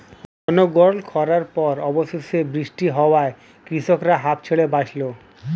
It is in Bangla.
অনর্গল খড়ার পর অবশেষে বৃষ্টি হওয়ায় কৃষকরা হাঁফ ছেড়ে বাঁচল